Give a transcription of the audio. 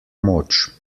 moč